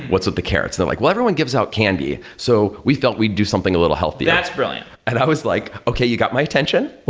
what's with the carrots? they're like, well, everyone gives out candy. so we felt we'd do something a little healthier. that brilliant. and i was like, okay, you got my attention.